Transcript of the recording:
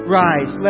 rise